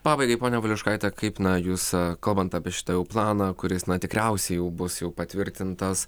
pabaigai ponia valiuškaite kaip na jūs kalbant apie šitą jau planą kuris na tikriausiai jau bus jau patvirtintas